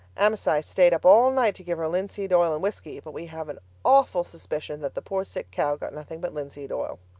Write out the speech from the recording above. amasai stayed up all night to give her linseed oil and whisky. but we have an awful suspicion that the poor sick cow got nothing but linseed oil.